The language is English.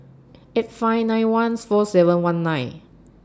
eight five nine one four seven one nine